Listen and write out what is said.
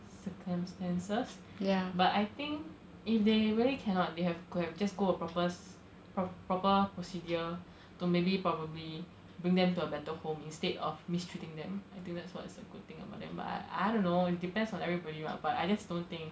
circumstances but I think if they really cannot they have could have just go a proper proper procedure to maybe probably bring them to a better home instead of mistreating them I think that's what it's a good thing about them but I dunno it depends on everybody [what] but I just don't think